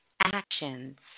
Actions